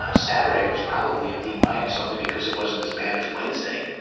ah saturday was probably a d-minus only because it wasn't as bad as wednesday.